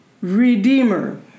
Redeemer